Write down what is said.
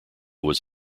was